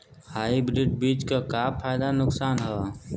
Hybrid बीज क का फायदा नुकसान ह?